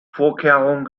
vorkehrungen